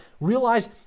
realize